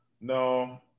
No